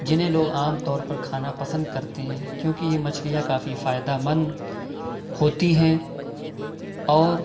جنہیں لوگ عام طور پر کھانا پسند کرتے ہیں کیوں کہ یہ مچھلیاں کافی فائدہ مند ہوتی ہیں اور